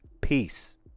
peace